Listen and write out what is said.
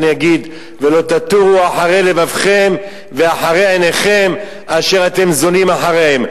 אני אגיד: "ולא תתורו אחרי לבבכם ואחרי עיניכם אשר אתם זֹנים אחריהם".